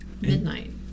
Midnight